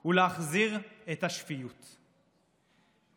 הוא הוא להחזיר את השפיות תקציב,